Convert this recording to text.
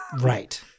Right